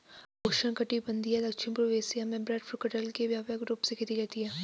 उष्णकटिबंधीय दक्षिण पूर्व एशिया में ब्रेडफ्रूट कटहल की व्यापक रूप से खेती की जाती है